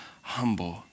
humble